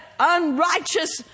unrighteous